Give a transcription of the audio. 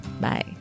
Bye